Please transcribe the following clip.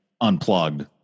Unplugged